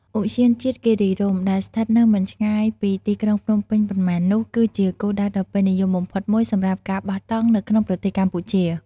ឧទ្យានជាតិគិរីរម្យ ដែលស្ថិតនៅមិនឆ្ងាយពីទីក្រុងភ្នំពេញប៉ុន្មាននោះ គឺជាគោលដៅដ៏ពេញនិយមបំផុតមួយសម្រាប់ការបោះតង់នៅក្នុងប្រទេសកម្ពុជា។